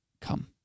Come